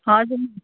हजुर